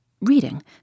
Reading